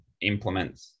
implement